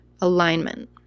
alignment